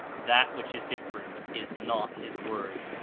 that which is different is not his word.